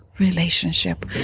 relationship